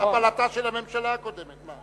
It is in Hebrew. הפלתה של הממשלה הקודמת.